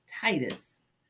Titus